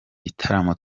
gitaramo